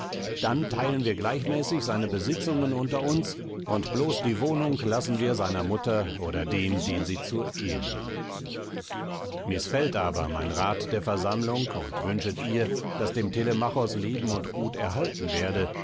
dann teilen wir gleichmäßig seine besitzungen unter uns und bloß die wohnung lassen wir seiner mutter oder dem den sie zur ehe nimmt mißfällt aber mein rat der versammlung und wünschet ihr daß dem telemachos leben und gut erhalten werde